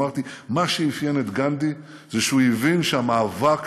אמרתי: מה שאפיין את גנדי זה שהוא הבין שהמאבק